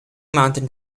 mountain